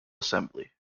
assembly